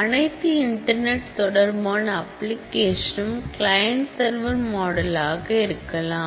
அனைத்து இன்டர்நெட் தொடர்பான அப்ளிகேஷனும் கிளையண்ட் சர்வர் மாடலாக இருக்கலாம்